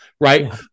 right